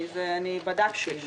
זה סעיף לפי חוק מיסוי מקרקעין,